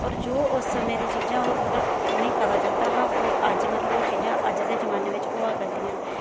और जो उस समें दियां चीजां ओह मतलब ओह् उनेंगी पता चलदा हा ओह् अज मतलब ओह् चीजां अज्ज दे जमाने बिच होआ करदियां ना